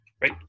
right